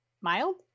mild